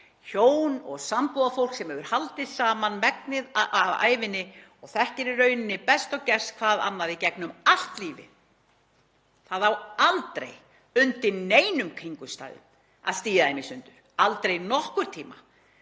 Hjónum og sambúðarfólki, sem hefur haldið saman megnið af ævinni og þekkir í rauninni best og gerst hvort annað í gegnum allt lífið, á aldrei undir neinum kringumstæðum að stía í sundur, aldrei nokkurn tíma.